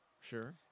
sure